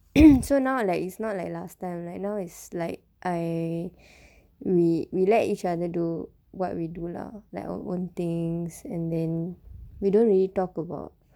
so now like it's not like last time like now is like I we we let each other do what we do lah like our own things and then we don't really talk about